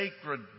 sacred